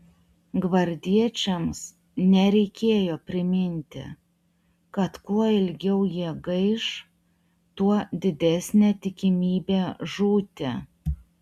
gvardiečiams nereikėjo priminti kad kuo ilgiau jie gaiš tuo didesnė tikimybė žūti